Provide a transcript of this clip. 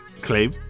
claim